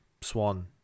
Swan